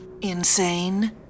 Insane